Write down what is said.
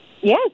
yes